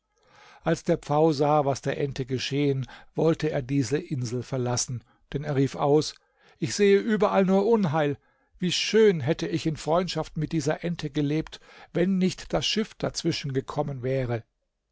als der pfau sah was der ente geschehen wollte er diese insel verlassen denn er rief aus ich sehe überall nur unheil wie schön hätte ich in freundschaft mit dieser ente gelebt wenn nicht das schiff dazwischen gekommen wäre